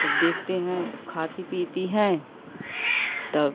तब देखते हैं तब खाती पीती हैं तब